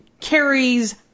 carries